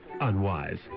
unwise